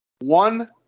one